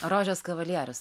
rožės kavalierius